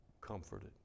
comforted